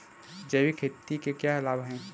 जैविक खेती के क्या लाभ हैं?